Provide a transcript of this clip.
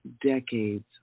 decades